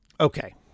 Okay